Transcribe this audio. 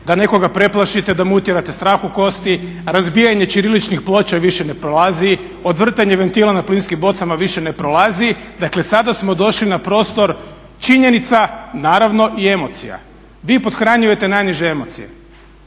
da nekoga preplašite, da mu utjerate strah u kosti. Razbijanje ćiriličnih ploča više ne prolazi, odvrtanje ventila na plinskim bocama više ne prolazi, dakle sada smo došli na prostor činjenica, naravno i emocija. Vi pothranjujete najniže emocije,